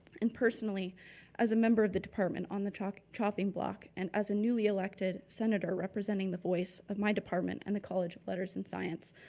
and personally as a member of the department on the chopping block and as a newly elected senator representing the voice of my department and the college of letters and science,